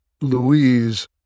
Louise